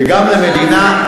וגם למדינה,